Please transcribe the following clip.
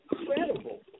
incredible